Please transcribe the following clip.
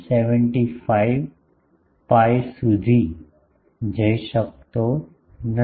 75 pi સુધી જઈ શકતો નથી